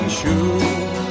shoes